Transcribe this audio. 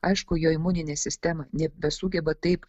aišku jo imuninė sistema nebesugeba taip